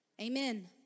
Amen